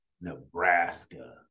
Nebraska